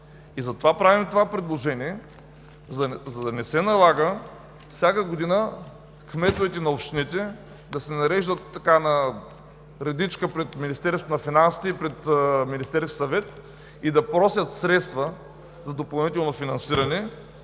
Затова правим това предложение, за да не се налага всяка година кметовете на общините да се нареждат на редичка пред Министерството на финансите и пред Министерския съвет да просят средства за допълнително финансиране.